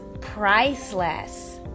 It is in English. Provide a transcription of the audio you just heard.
priceless